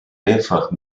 mehrfach